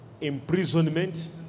imprisonment